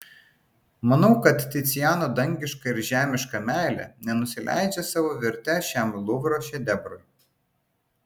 manau kad ticiano dangiška ir žemiška meilė nenusileidžia savo verte šiam luvro šedevrui